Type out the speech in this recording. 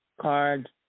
card